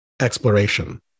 exploration